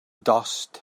dost